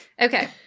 Okay